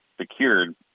secured